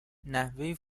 نحوه